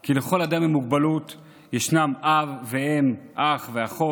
כי לכל אדם עם מוגבלות יש אב, אם, אח ואחות,